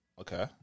Okay